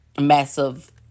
Massive